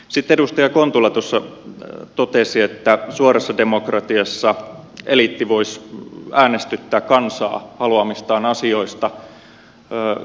sitten edustaja kontula tuossa totesi että suorassa demokratiassa eliitti voisi äänestyttää kansaa haluamistaan asioista